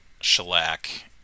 shellac